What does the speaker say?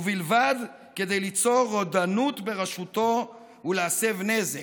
ובלבד ליצור רודנות בראשותו ולהסב נזק.